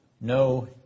no